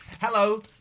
hello